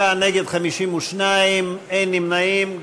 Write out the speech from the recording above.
בעד, 46, נגד, 52, אין נמנעים.